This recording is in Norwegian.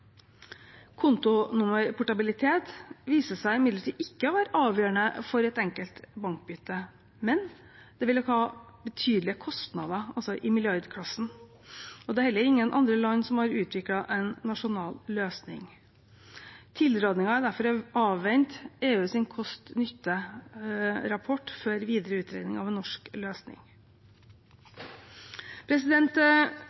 viser seg imidlertid ikke å være avgjørende for et enkelt bankbytte, men det vil føre til betydelige kostnader, i milliardklassen. Det er heller ingen andre land som har utviklet en nasjonal løsning. Tilrådingen er derfor å avvente EUs kost–nytte-rapport før videre utredning av en norsk